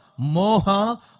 Moha